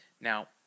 Now